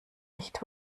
nicht